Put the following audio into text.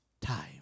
time